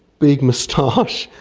big moustache,